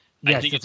yes